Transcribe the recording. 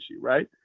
right